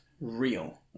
real